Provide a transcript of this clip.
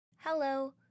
Hello